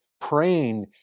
praying